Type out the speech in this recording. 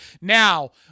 Now